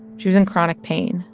she was in chronic pain